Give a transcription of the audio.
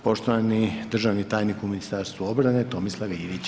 Poštovani državni tajnik u Ministarstvu obrane Tomislav Ivić.